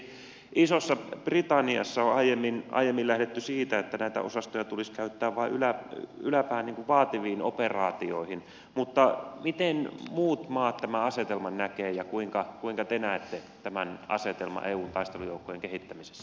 esimerkiksi isossa britanniassa on aiemmin lähdetty siitä että näitä osastoja tulisi käyttää vain yläpään vaativiin operaatioihin mutta miten muut maat tämän asetelman näkevät ja kuinka te näette tämän asetelman eun taistelujoukkojen kehittämisessä